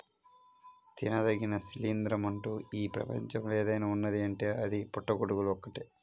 తినదగిన శిలీంద్రం అంటూ ఈ ప్రపంచంలో ఏదైనా ఉన్నదీ అంటే అది పుట్టగొడుగులు ఒక్కటే